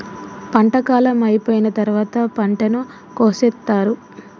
పంట కాలం అయిపోయిన తరువాత పంటను కోసేత్తారు